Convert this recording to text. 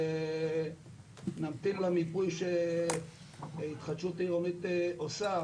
נמתין למיפוי שהתחדשות עירונית עושה,